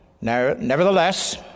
Nevertheless